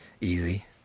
easy